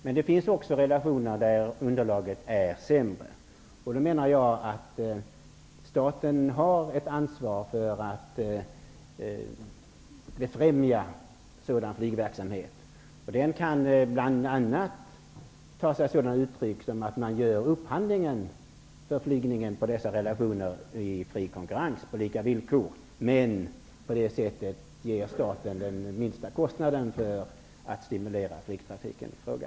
Det finns dock linjer där underlaget är sämre. Staten har ett ansvar för att befrämja sådan flygverksamhet. Det kan bl.a. ta sig sådana uttryck att man gör upphandlingar i fri konkurrens på lika villkor på dessa flyglinjer. På det sättet uppkommer den minsta kostnaden för staten när det gäller att stimulera flygtrafiken ifråga.